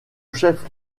chef